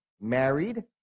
Married